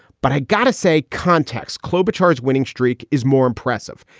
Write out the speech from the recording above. but i gotta say, context club charge winning streak is more impressive.